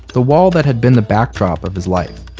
the wall that had been the backdrop of his life,